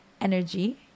Energy